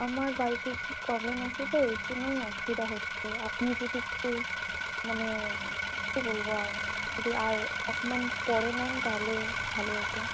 আমার বাড়িতে একটু প্রবলেম ছে তো ওই জন্যই অসুবিধা হচ্ছে আপনি যদি একটু মানে কী বলবো আর যদি আর এক মান্থ পরে নেন তাহলে ভালো হতো